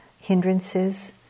hindrances